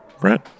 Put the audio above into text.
brent